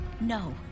No